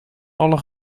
alle